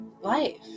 life